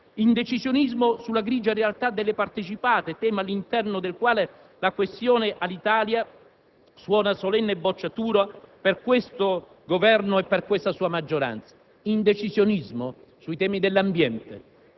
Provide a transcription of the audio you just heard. Indecisionismo sulle grigia realtà delle partecipate, tema all'interno del quale la questione Alitalia suona solenne bocciatura per questo Governo e per la sua maggioranza; indecisionismo sui temi dell'ambiente,